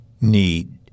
need